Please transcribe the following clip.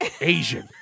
Asian